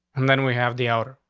and then we have the outer.